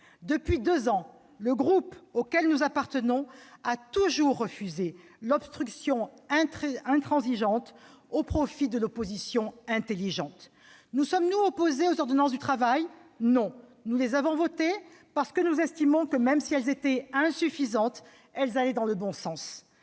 Depuis deux ans, notre groupe a toujours refusé l'obstruction intransigeante, au profit de l'opposition intelligente. Nous sommes-nous opposés aux ordonnances travail ? Non : nous les avons votées, parce que nous estimions que, même insuffisantes, elles allaient dans le bon sens.